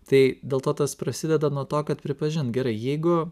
tai dėl to tas prasideda nuo to kad pripažint gerai jeigu